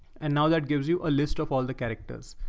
and now that gives you a list of all the characters,